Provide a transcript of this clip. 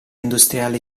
industriale